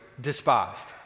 despised